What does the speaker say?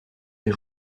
est